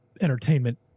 entertainment